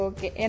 Okay